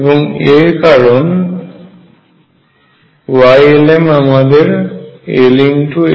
এবং এর কারণ Ylm আমাদের ll1 রাশিটি দেয়